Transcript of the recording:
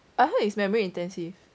I heard is memory intensive